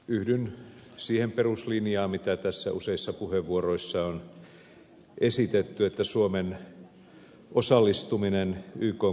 yhdyn siihen peruslinjaan mitä tässä useissa puheenvuoroissa on esitetty että suomen osallistuminen ykn kriisinhallintaoperaatioon on hyvin perusteltua